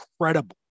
incredible